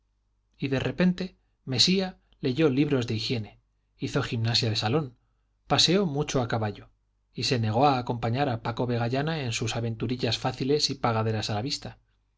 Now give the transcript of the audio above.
y se preparaba mesía leyó libros de higiene hizo gimnasia de salón paseó mucho a caballo y se negó a acompañar a paco vegallana en sus aventurillas fáciles y pagaderas a la vista